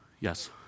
Yes